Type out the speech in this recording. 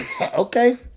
Okay